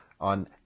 on